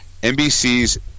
NBC's